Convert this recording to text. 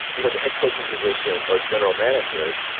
you know, the head coaching position or general managers,